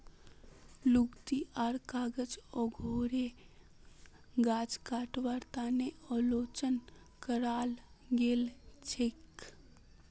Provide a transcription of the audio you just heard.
लुगदी आर कागज उद्योगेर गाछ कटवार तने आलोचना कराल गेल छेक